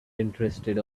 interested